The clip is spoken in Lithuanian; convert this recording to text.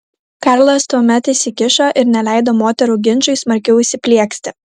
karlas tuomet įsikišo ir neleido moterų ginčui smarkiau įsiplieksti